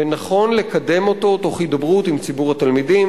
ונכון לקדם אותו תוך הידברות עם ציבור התלמידים,